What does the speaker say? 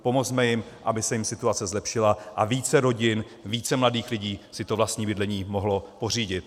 Pomozme jim, aby se jim situace zlepšila a více rodin, více mladých lidí si to vlastní bydlení mohlo pořídit.